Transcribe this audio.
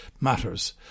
matters